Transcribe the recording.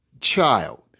child